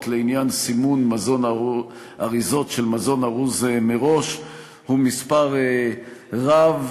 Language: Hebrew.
לעניין סימון אריזות של מזון ארוז מראש הוא מספר רב,